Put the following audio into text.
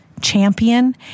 champion